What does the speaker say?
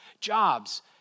jobs